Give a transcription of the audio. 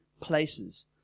places